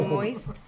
moist